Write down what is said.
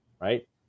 right